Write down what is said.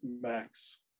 max